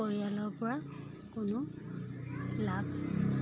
পৰিয়ালৰ পৰা কোনো লাভ